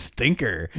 Stinker